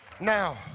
Now